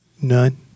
none